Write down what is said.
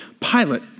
Pilate